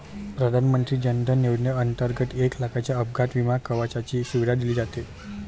प्रधानमंत्री जन धन योजनेंतर्गत एक लाखाच्या अपघात विमा कवचाची सुविधा दिली जाते